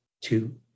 two